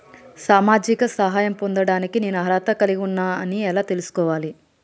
సామాజిక సహాయం పొందడానికి నేను అర్హత కలిగి ఉన్న అని ఎలా తెలుసుకోవాలి?